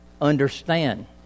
understand